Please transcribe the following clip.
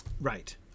right